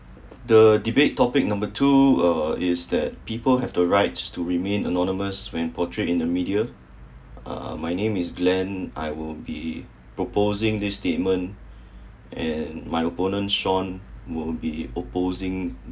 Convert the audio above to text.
the debate topic number two uh is that people have the rights to remain anonymous when portrait in the media uh my name is glen I will be proposing this statement and my opponent shawn would be opposing